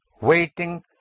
waiting